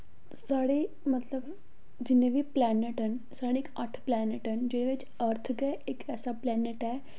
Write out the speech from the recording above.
साढ़े मतलव जिन्ने बी पलैन्नट न साढ़े अट्ठ पलैन्नट न जेह्दे बिच्च अर्थ गै इक्क एसा पलैन्नट ऐ